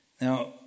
Now